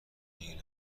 نیل